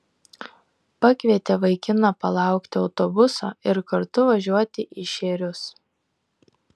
pakvietė vaikiną palaukti autobuso ir kartu važiuoti į šėrius